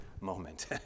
moment